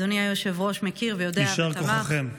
אדוני היושב-ראש מכיר, יודע ותמך, יישר כוחכם.